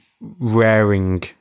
raring